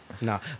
No